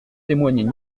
témoigner